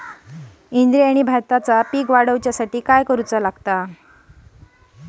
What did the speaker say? इंद्रायणी भाताचे पीक वाढण्यासाठी काय करावे?